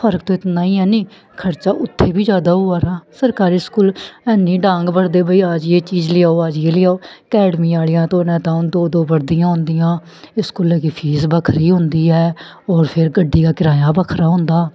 फर्क ते इतना ई ऐ नी खर्चा उत्थै बी जादा होआ दा सरकारी स्कूल हैनी डांंग ब'रदे भाई अज्ज एह् चीज़ लेई आओ अज्ज एह् लेई आओ अकैडमी आह्लियां आह्लें दियां दो दो बर्दियां होंदियां स्कूलै गी फीस बक्खरी होंदी ऐ होर फिर गड्डी दा कराया बक्खरा होंदा